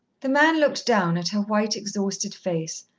the man looked down at her white, exhausted face,